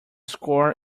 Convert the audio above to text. score